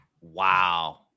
Wow